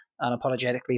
unapologetically